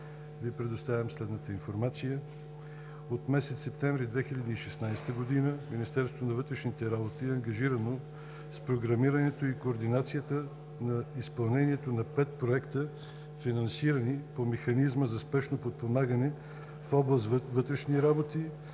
Ви предоставям следната информация. От месец септември 2016 г. Министерството на вътрешните работи е ангажирано с програмирането и координацията на изпълнението на пет проекта, финансирани по Механизма за спешно подпомагане в област „Вътрешни работи“